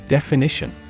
Definition